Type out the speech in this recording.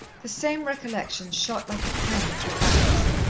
the same recollection shot like a pang through alex,